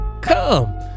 come